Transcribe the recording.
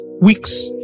weeks